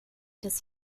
des